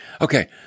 Okay